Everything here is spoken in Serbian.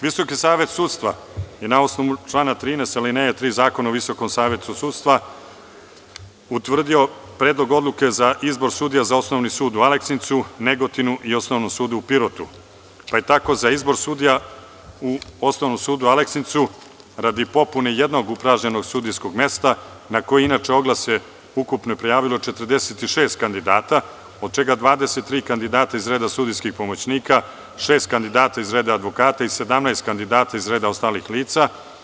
Visoki savet sudstva je osnovu člana 13. alineje 3. Zakona o Visokom savetu sudstva utvrdio Predlog odluke za izbor sudija za Osnovni sud u Aleksincu, Negotinu i Osnovnom sudu u Pirotu, pa je tako za izbor sudija u Osnovnom sudu u Aleksincu radi popune jednog upražnjenog sudijskog mesta, na čije oglase ukupno prijavilo 46 kandidata, od čega 23 kandidata iz reda sudijskih pomoćnika, šest kandidata iz reda advokata i 17 kandidata iz reda ostalih lica.